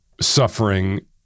suffering